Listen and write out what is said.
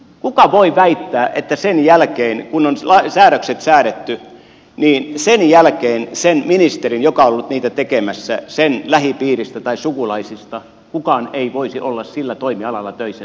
kuka voi väittää että kun on säädökset säädetty niin sen jälkeen sen ministerin joka on ollut niitä tekemässä lähipiiristä tai sukulaisista kukaan ei voisi olla sillä toimialalla töissä